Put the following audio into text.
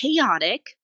chaotic